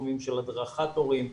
תחומים של הדרכת הורים,